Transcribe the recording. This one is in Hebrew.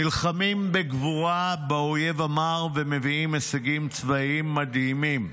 נלחמים בגבורה באויב המר ומביאים הישגים צבאיים מדהימים.